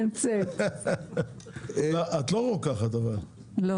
את לא רוקחת, נכון?